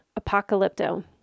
apocalypto